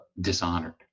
dishonored